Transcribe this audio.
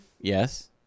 Yes